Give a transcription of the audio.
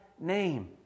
name